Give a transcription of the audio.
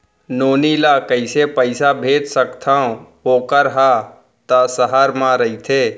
नोनी ल कइसे पइसा भेज सकथव वोकर हा त सहर म रइथे?